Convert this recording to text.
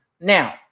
Now